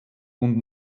und